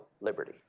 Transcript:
liberty